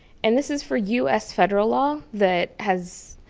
and this is for u s. federal law that has,